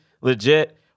legit